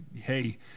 Hey